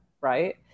right